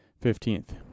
Fifteenth